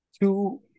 two